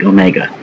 Omega